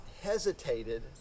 hesitated